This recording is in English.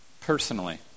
personally